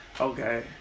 Okay